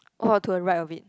oh to the right of it